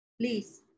please